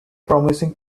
promising